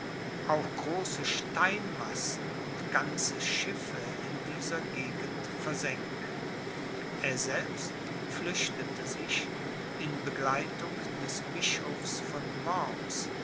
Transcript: auch große steinmassen und ganze schiffe in dieser gegend versenken er selbst flüchtete sich in begleitung des bischofs von worms